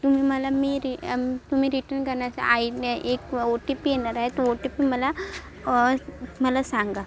तुम्ही मला मी री तुम्ही रीटन करण्याची आय डी एक ओ टी पी येणार आहे तो ओ टी पी मला मला सांगा